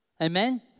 Amen